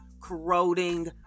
corroding